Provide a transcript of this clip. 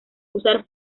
usar